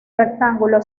rectángulo